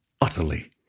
utterly